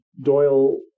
Doyle